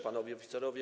Panowie Oficerowie!